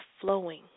flowing